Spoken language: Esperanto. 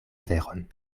veron